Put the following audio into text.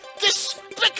despicable